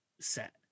set